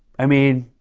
i mean,